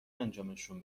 انجامشون